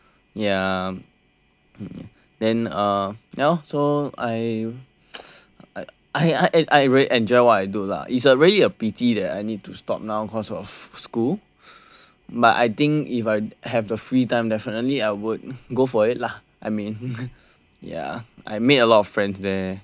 then uh ya now so I I I I really enjoy what I do lah it's a really a pity that I need to stop now cause of school but I think if I have the free time definitely I would go for it ah I mean ya I made a lot of friends there